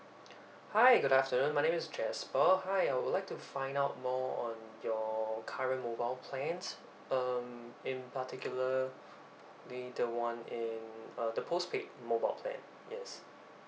hi good afternoon my name is jasper hi I would like to find out more on your current mobile plans um in particular in the one in uh the postpaid mobile plan yes